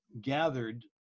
gathered